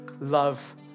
love